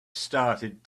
started